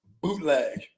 bootleg